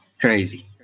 crazy